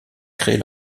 créer